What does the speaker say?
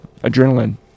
adrenaline